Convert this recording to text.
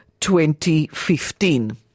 2015